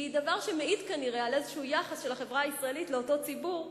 היא דבר שמעיד כנראה על איזה יחס של החברה הישראלית לאותו ציבור,